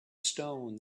stone